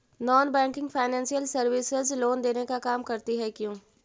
Non banking financial services loan देने का काम करती है क्यू?